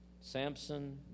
Samson